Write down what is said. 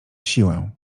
siłę